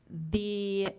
the